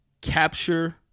capture